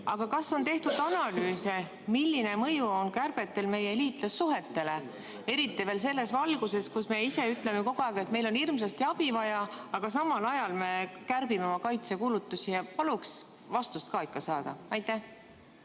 Kas on tehtud analüüsi, milline mõju on kärbetel meie liitlassuhetele, eriti selles valguses, kui me ise ütleme kogu aeg, et meil on hirmsasti abi vaja, aga samal ajal me kärbime oma kaitsekulutusi? Paluks vastust ka ikka! Aitäh